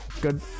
Good